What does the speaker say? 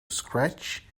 scratch